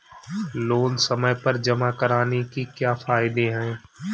Loan समय पर जमा कराने के क्या फायदे हैं?